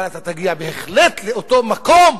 אבל אתה תגיע בהחלט לאותו מקום